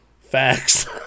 Facts